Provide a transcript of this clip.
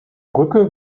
brücke